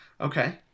Okay